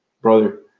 brother